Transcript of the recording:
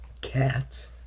Cats